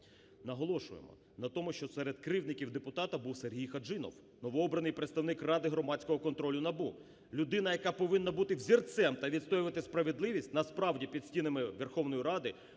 Наголошуємо на тому, що серед кривдників депутата був Сергій Хаджинов, новообраний представник Ради громадського контролю НАБУ, людина, яка повинна бути взірцем та відстоювати справедливість, насправді під стінами Верховної Ради